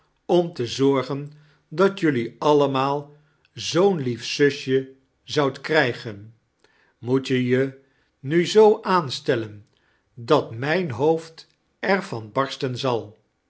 om te zorgen dat jullie allemaal zoo'n lief zusje zoudt krijgen moet je je nu zoo aanstellen dat mijn hoofd er van barsten zal